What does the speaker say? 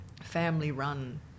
family-run